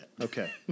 Okay